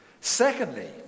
Secondly